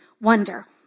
wonder